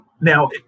now